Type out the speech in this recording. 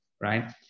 right